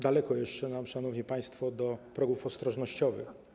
Daleko nam jeszcze, szanowni państwo, do progów ostrożnościowych.